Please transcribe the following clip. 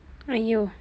!aiyo!